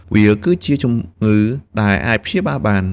វាគឺជាជំងឺដែលអាចព្យាបាលបាន។